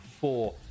four